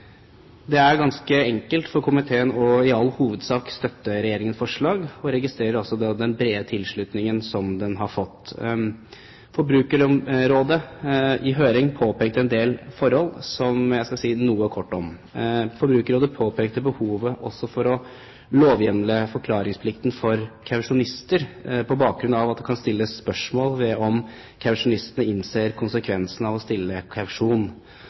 Det er ganske enkelt for komiteen i all hovedsak å støtte Regjeringens forslag, og man registrerer den brede tilslutningen som den har fått. Forbrukerrådet påpekte i høring en del forhold som jeg kort skal si noe om. De påpekte behovet for å lovhjemle forklaringsplikten for kausjonister på bakgrunn av at det kan stilles spørsmål ved om kausjonistene innser konsekvensene av å stille kausjon.